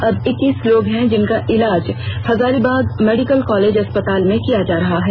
अब इक्कीस लोग हैं जिनका इलाज हजारीबाग मेडिकल कॉलेज अस्पताल में किया जा रहा है